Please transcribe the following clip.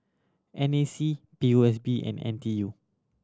N A C P O S B and N T U